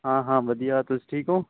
ਹਾਂ ਹਾਂ ਵਧੀਆ ਤੁਸੀਂ ਠੀਕ ਹੋ